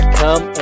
come